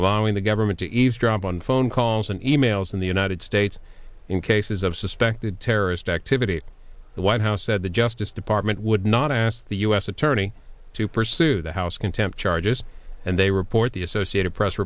allowing the government to eavesdrop on phone calls and e mails in the united states in cases of suspected terrorist activity the white house said the justice department would not ask the u s attorney to pursue the house contempt charges and they report the associated press